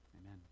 Amen